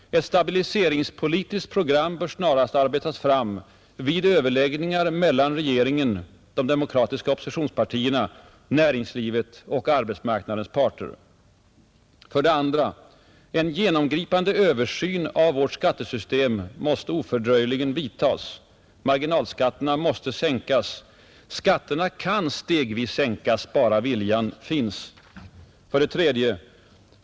Ett stabiliseringspolitiskt program bör snarast arbetas fram vid överläggningar mellan regeringen, de demokratiska oppositionspartierna, näringslivet och arbetsmarknadens parter. 2. En genomgripande översyn av vårt skattesystem måste ofördröjligen vidtas. Marginalskatterna måste sänkas. Skatterna kan stegvis sänkas, bara viljan finns. 3.